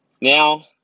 now